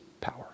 power